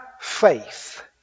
faith